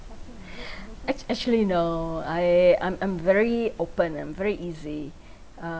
ac~ actually you know I I'm I'm very open and very easy uh